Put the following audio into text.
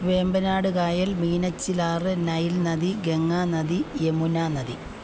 വേമ്പനാട് കായൽ മീനച്ചിലാറ് നൈൽ നദി ഗംഗാനദി യമുനാനദി